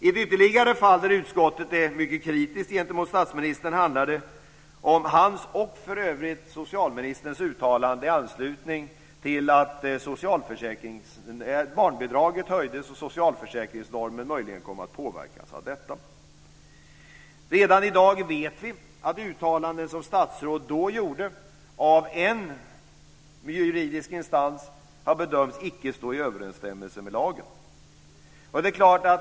I ytterligare ett fall där utskottet är mycket kritiskt gentemot statsministern handlar det om hans, och för övrigt socialministerns, uttalande i anslutning till att barnbidraget höjdes och socialförsäkringsnormen möjligen kom att påverkas av detta. Redan i dag vet vi att uttalanden som statsråd då gjorde av en juridisk instans har bedömts icke stå i överensstämmelse med lagen.